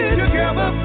together